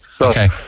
Okay